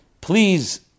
Please